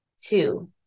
two